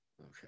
Okay